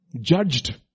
judged